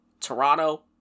Toronto